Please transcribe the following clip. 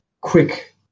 quick